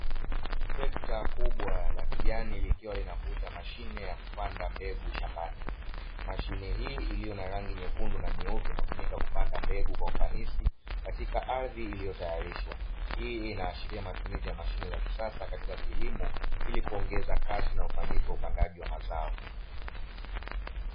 Trekta kubwa la kijani likiwa linavuta mashine ya kupanda mbegu shambani. Mashine hii iliyo na rangi nyekundu na nyeupe inatumika kupanda mbegu kwa ufanisi katika ardhi iliyotayarishwa. hii inaashiria matumizi ya mashine za kisasa katika kilimo ili kuongeza kasi na ufanisi wa upandaji wa mazao.